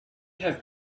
have